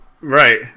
Right